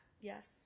Yes